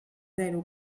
zero